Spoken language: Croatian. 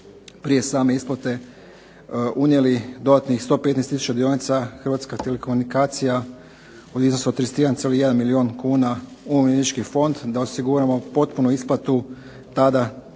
prije same isplate unijeli dodatnih 115 tisuća dionica Hrvatskih telekomunikacija u iznosu od 31,1 milijun kuna u umirovljenički fond, da osiguramo potpunu isplatu tada